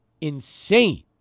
insane